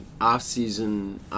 off-season